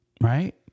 right